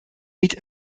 niet